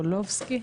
סוקולובסקי.